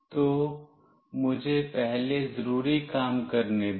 तो मुझे पहले जरूरी काम करने दें